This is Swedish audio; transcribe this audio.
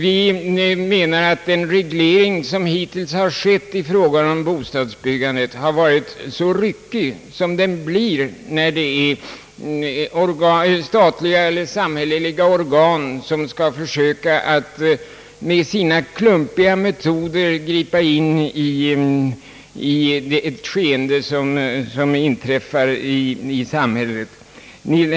Vi menar att den reglering som hittills har skett i fråga om bostadsbyggandet har varit så ryckig som den blir när statliga, samhälleliga organ skall försöka att med sina klumpiga metoder gripa in i ett skeende som inträffar i samhället.